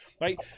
Right